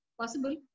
possible